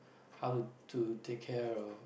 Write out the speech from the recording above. how to take care of